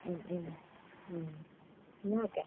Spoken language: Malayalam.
എന്നാൽ ഓക്കെ